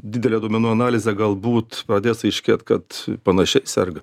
didelę duomenų analizę galbūt pradės aiškėt kad panašiai serga